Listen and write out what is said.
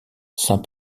saint